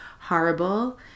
horrible